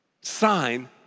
Sign